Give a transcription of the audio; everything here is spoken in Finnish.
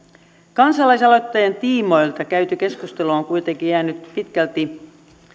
kansalaisaloitteen tiimoilta käyty keskustelu on kuitenkin jäänyt pitkälti